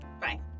Bye